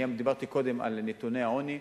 אני דיברתי קודם על נתוני העוני.